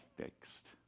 fixed